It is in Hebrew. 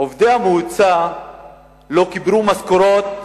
עובדי המועצה לא קיבלו משכורות,